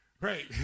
Right